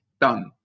done